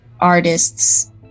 artists